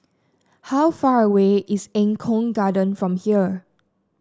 how far away is Eng Kong Garden from here